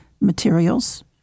materials